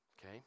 Okay